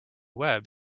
web